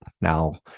Now